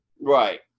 Right